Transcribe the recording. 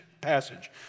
passage